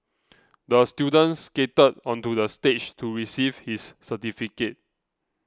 the student skated onto the stage to receive his certificate